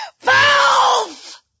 Valve